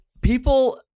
people